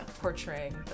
portraying